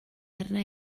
arna